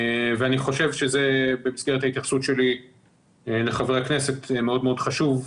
ואני חושב שבמסגרת ההתייחסות שלי לחברי הכנסת זה מאוד מאוד חשוב.